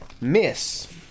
miss